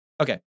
Okay